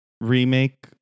remake